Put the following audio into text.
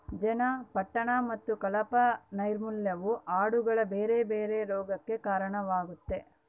ಜನದಟ್ಟಣೆ ಮತ್ತೆ ಕಳಪೆ ನೈರ್ಮಲ್ಯವು ಆಡುಗಳ ಬೇರೆ ಬೇರೆ ರೋಗಗಕ್ಕ ಕಾರಣವಾಗ್ತತೆ